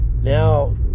Now